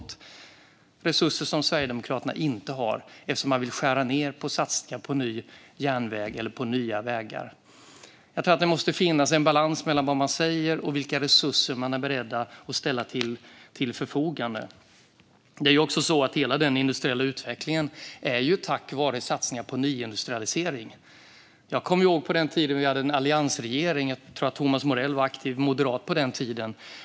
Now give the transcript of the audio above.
Det är resurser som Sverigedemokraterna inte har eftersom de vill skära ned på satsningarna på ny järnväg eller nya vägar. Jag tror att det måste finnas en balans mellan vad man säger och vilka resurser man är beredd att ställa till förfogande. Hela den industriella utvecklingen sker ju tack vare satsningar på nyindustrialisering. Jag kommer ihåg den tiden då vi hade en alliansregering. Jag tror att Thomas Morell var aktiv moderat på den tiden.